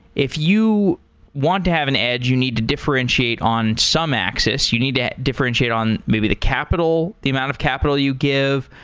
if you want to have an edge you need to differentiate on some axis, you need to differentiate on maybe the capital, the amount of capital you give,